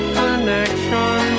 connection